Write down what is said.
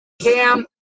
Cam